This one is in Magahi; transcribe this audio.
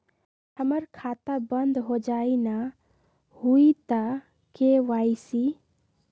हमर खाता बंद होजाई न हुई त के.वाई.सी?